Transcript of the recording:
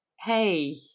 hey